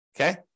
okay